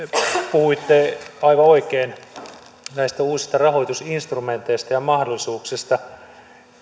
puhuitte aivan oikein näistä uusista rahoitus instrumenteista ja mahdollisuuksista